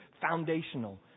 foundational